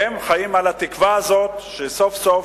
הם חיים על התקווה הזאת שסוף-סוף